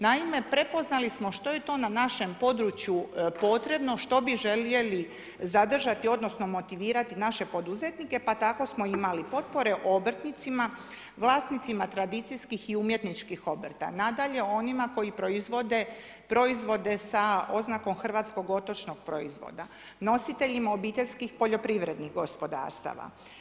Naime, prepoznali smo što je to na našem području potrebno, što bi željeli zadržati, odnosno motivirati naše poduzetnike pa tako smo imali potpore obrtnicima, vlasnicima tradicijskih i umjetničkih obrta, nadalje onima koji proizvode proizvode sa oznakom hrvatskog otočnog proizvoda, nositeljima obiteljskih poljoprivrednih gospodarstava.